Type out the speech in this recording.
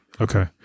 Okay